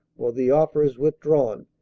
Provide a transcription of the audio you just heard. or the offer is withdrawn,